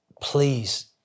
Please